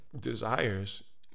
desires